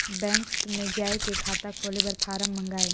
Bank मे जाय के खाता खोले बर फारम मंगाय?